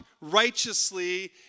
righteously